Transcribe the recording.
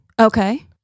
Okay